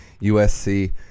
USC